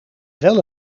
wel